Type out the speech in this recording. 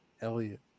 Elliot